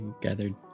gathered